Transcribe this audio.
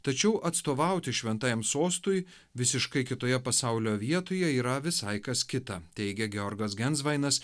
tačiau atstovauti šventajam sostui visiškai kitoje pasaulio vietoje yra visai kas kita teigia georgas gensvainas